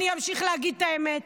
אני אמשיך להגיד את האמת